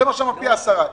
תשלם פי עשרה.